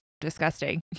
disgusting